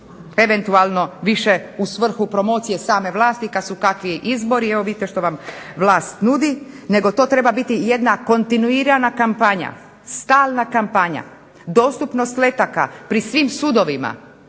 eventualno više u svrhu promocije same vlasti kad su kakvi izbori. Evo vidite što vam vlast nudi. Nego to treba biti jedna kontinuirana kampanja, stalna kampanja, dostupnost letaka pri svim sudovima,